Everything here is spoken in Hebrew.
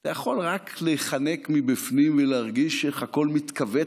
אתה יכול רק להיחנק מבפנים ולהרגיש איך הכול מתכווץ